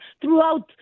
throughout